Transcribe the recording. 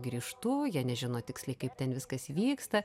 grįžtu jie nežino tiksliai kaip ten viskas vyksta